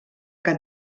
que